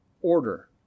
order